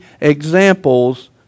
examples